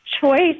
Choice